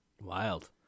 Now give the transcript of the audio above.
Wild